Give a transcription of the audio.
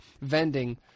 vending